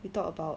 we talk about